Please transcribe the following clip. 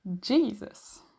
Jesus